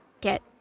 get